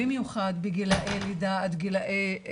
במיוחד בגילאי לידה עד גילאי שלוש,